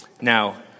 Now